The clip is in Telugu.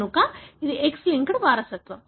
కనుక ఇది X లింక్డ్ వారసత్వం